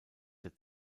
der